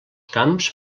camps